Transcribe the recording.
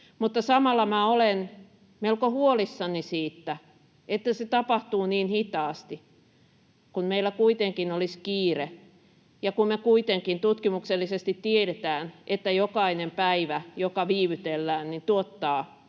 samalla minä olen melko huolissani siitä, että se tapahtuu niin hitaasti, kun meillä kuitenkin olisi kiire ja kun me kuitenkin tutkimuksellisesti tiedetään, että jokainen päivä, joka viivytellään, tuottaa